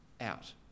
out